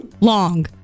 Long